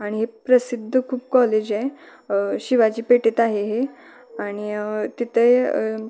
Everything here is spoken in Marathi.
आणि प्रसिद्ध खूप कॉलेज आहे शिवाजी पेठेत आहे हे आणि तिथे